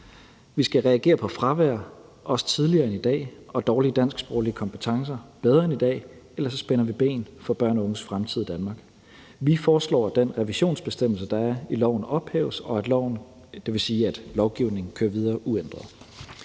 Vi skal reagere på fravær, også tidligere end i dag, og dårlige dansksproglige kompetencer bedre end i dag, ellers spænder vi ben for børns og unges fremtid i Danmark. Vi foreslår, at den revisionsbestemmelse, der er i loven, ophæves, og det vil sige, at lovgivning kører videre uændret.